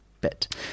bit